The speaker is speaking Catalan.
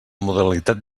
modalitat